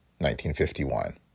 1951